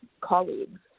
colleagues